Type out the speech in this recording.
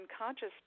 unconscious